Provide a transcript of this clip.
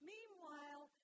Meanwhile